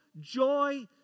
joy